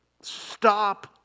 Stop